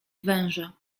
węża